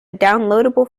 downloadable